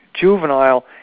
juvenile